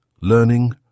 learning